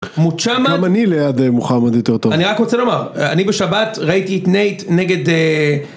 מוצ'מאד, גם אני ליד מוחמד יותר טוב, אני רק רוצה לומר אני בשבת ראיתי את נייט נגד.